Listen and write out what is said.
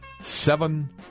seven